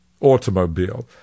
automobile